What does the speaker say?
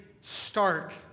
stark